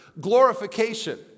glorification